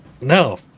no